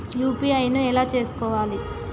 UPI ను ఎలా చేస్కోవాలి?